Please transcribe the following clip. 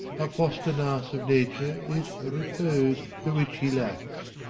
our foster nurse of nature is repose, the which he lacks.